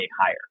higher